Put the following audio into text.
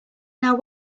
now